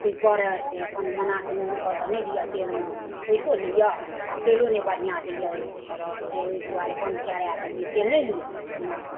ओहिपर से अपन मना केलौ लोकलके हिइ लिअ तेलमे पइसो लैया आ तेलो नहि बढ़िआँ दैया से ओहि दुआरे बन्द करि दलियै तेल नहि लिअ माथमे